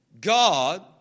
God